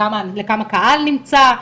כמה קהל נמצא,